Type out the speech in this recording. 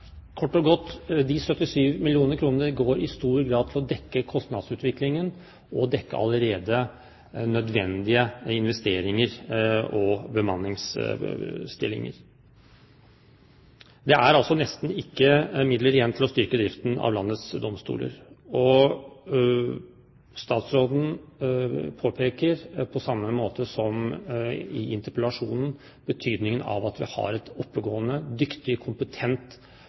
kort og godt slik at de 77 mill. kr i stor grad går til å dekke kostnadsutviklingen og dekke allerede nødvendige investeringer og bemanningsstillinger. Det er altså nesten ikke midler igjen til å styrke driften av landets domstoler. Statsråden påpeker, på samme måte som i interpellasjonen, betydningen av at vi har et oppegående, dyktig, kompetent,